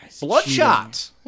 Bloodshot